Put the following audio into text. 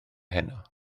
heno